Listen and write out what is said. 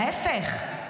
להפך.